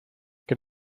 que